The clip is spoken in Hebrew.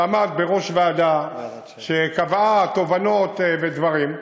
שעמד בראש ועדה שהגיעה לתובנות ודברים.